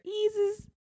eases